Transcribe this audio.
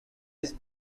his